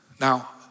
Now